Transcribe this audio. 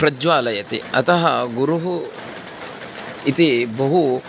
प्रज्वालयति अतः गुरुः इति बहु